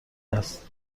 است